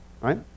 right